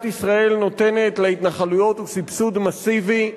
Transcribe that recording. ישראל נותנת להתנחלויות הוא סבסוד מסיבי,